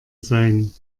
sein